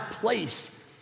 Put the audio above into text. place